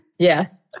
Yes